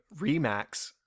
Remax